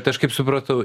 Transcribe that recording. tai aš kaip supratau